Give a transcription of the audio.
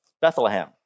Bethlehem